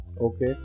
Okay